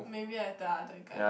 maybe at the other guy